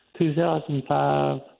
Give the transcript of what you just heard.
2005